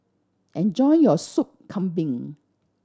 enjoy your Sop Kambing